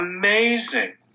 amazing